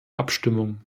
abstimmung